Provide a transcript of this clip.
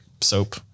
soap